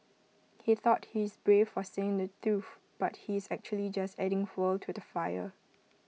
he thought he's brave for saying the truth but he's actually just adding fuel to the fire